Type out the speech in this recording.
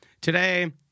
Today